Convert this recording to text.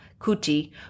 Kuti